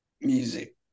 music